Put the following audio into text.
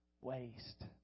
waste